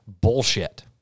bullshit